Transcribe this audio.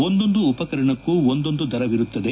ಒಂದೊಂದು ಉಪಕರಣಕ್ಕೂ ಒಂದೊಂದು ದರವಿರುತ್ತದೆ